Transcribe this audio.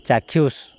ଚାକ୍ଷୁଷ